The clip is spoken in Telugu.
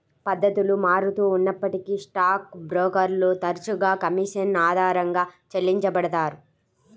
పద్ధతులు మారుతూ ఉన్నప్పటికీ స్టాక్ బ్రోకర్లు తరచుగా కమీషన్ ఆధారంగా చెల్లించబడతారు